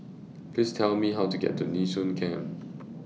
Please Tell Me How to get to Nee Soon Camp